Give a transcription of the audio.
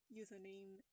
username